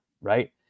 right